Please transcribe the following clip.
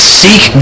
seek